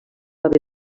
haver